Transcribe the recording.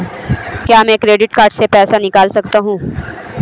क्या मैं credit card से पैसे निकाल सकता हूँ?